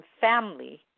family